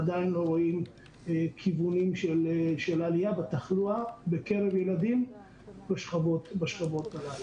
עדיין לא רואים כיוונים של עלייה בתחלואה בקרב הילדים בשכבות הללו.